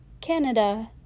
Canada